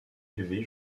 élevée